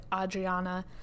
Adriana